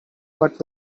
but